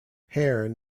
hearn